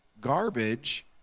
garbage